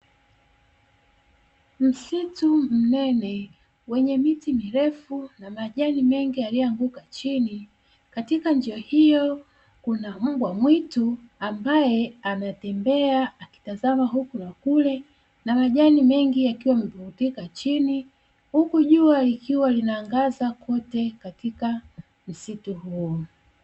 Msitu mnene wenye miti mirefu na majani mengi yaliyoanguka katika njia hiyo kuna mbwa mwitu, ambae anatembea akitazama huku na kule na majani mengi yakiwa yamepukutika chini huku jua likiwa linaangaza kote katika msitu huo.